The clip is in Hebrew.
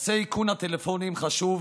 נושא איכון הטלפונים חשוב